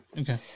Okay